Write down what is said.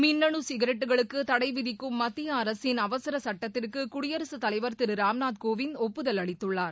மின்னனு சிகரெட்டுகளுக்கு தடை விதிக்கும் மத்திய அரசின் அவசர சுட்டத்திற்கு குடியரசுத் தலைவர் திரு ராம்நாத் கோவிந்த் ஒப்புதல் அளித்துள்ளார்